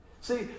See